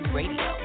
radio